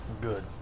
Good